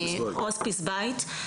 הוספיס בית.